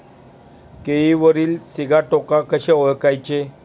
केळीवरील सिगाटोका कसे ओळखायचे?